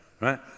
right